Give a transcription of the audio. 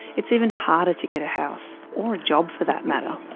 it's even harder to get a house. or a job for that matter.